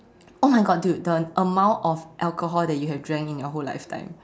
oh my God dude the amount of alcohol that you have drank in your whole lifetime